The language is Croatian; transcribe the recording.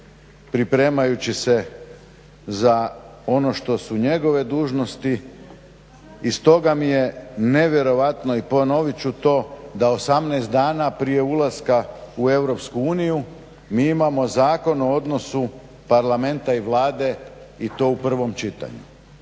pripremajući se za ono što su njegove dužnosti. I stoga mi je nevjerojatno i ponovit ću da 18 dana prije ulaska u EU mi imamo Zakon o odnosu Parlamenta i Vlade i to u prvom čitanju.